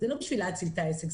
זה לא בשביל להציל את העסק,